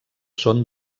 són